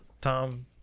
Tom